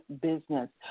business